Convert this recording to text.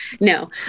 no